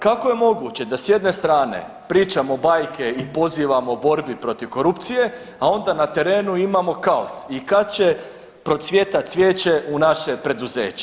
Kako je moguće da s jedne strane pričamo bajke i pozivamo borbi protiv korupcije, a onda na terenu imamo kaos i kad će procvjetat cvijeće u naše preduzeće.